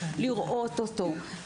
לראות אותו,